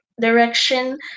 direction